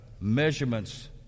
measurements